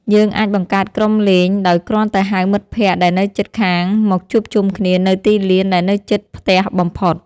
យើងអាចបង្កើតក្រុមលេងដោយគ្រាន់តែហៅមិត្តភក្តិដែលនៅជិតខាងមកជួបជុំគ្នានៅទីលានដែលនៅជិតផ្ទះបំផុត។